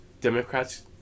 Democrats